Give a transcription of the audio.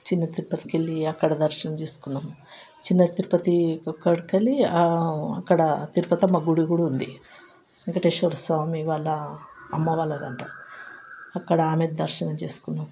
చిన్న తిరుపతికి వెళ్ళి అక్కడ దర్శనం చేసుకున్నాం చిన్న తిరుపతి అక్కడికి వెళ్ళి అక్కడ తిరుపతమ్మ గుడి కూడా ఉంది వెంకటేశ్వర స్వామి వాళ్ళ అమ్మ వాళ్ళది అంట అక్కడ ఆమె దర్శనం చేసుకున్నాం